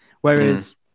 whereas